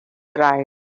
arrive